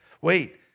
wait